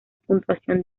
puntuación